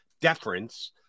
deference